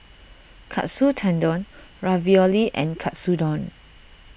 Katsu Tendon Ravioli and Katsudon